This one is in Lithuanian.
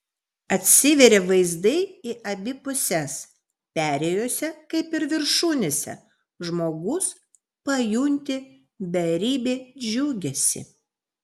atsiveria vaizdai į abi puses perėjose kaip ir viršūnėse žmogus pajunti beribį džiugesį